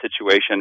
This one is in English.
situation